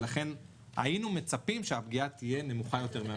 ולכן היינו מצפים שהפגיעה תהיה נמוכה יותר מהמדינות האחרות.